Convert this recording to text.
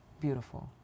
beautiful